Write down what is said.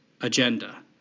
agenda